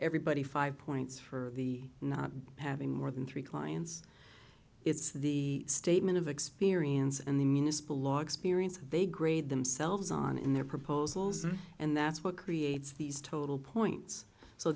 everybody five points for the not having more than three clients it's the statement of experience and the municipal law experience they grade themselves on in their proposals and that's what creates these total points so